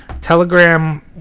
Telegram